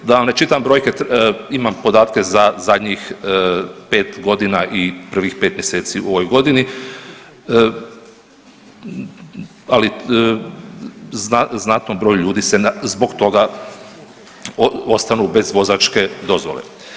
Da vam ne čitam brojke, imam podatke za zadnjih 5 godina i prvih 5 mjeseci u ovoj godini, ali znatno broj se zbog toga ostanu bez vozačke dozvole.